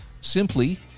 simply